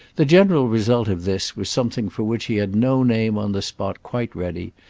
the general result of this was something for which he had no name on the spot quite ready,